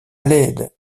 l’aide